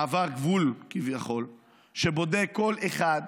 מעבר גבול כביכול שבודק כל אחד,